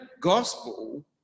gospel